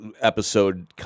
episode